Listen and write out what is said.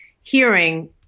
hearing